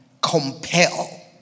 compel